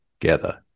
gather